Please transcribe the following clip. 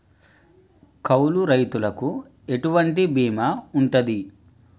కౌలు రైతులకు ఎటువంటి బీమా ఉంటది?